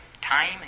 time